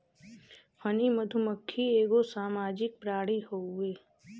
हनी मधुमक्खी एगो सामाजिक प्राणी हउवे